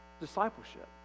discipleship